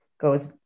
goes